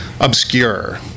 obscure